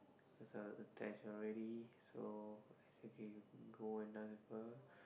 cause I was attached already so I say okay you go and dance with her